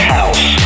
House